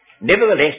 Nevertheless